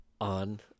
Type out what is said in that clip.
on –